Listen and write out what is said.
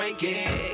drinking